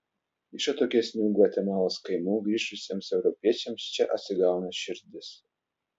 iš atokesnių gvatemalos kaimų grįžusiems europiečiams čia atsigauna širdis